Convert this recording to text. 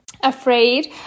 afraid